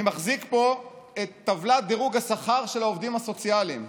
אני מחזיק פה את טבלת דירוג השכר של העובדים הסוציאליים.